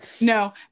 No